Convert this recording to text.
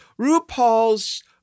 RuPaul's